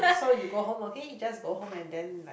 so you go home okay you just go home and then like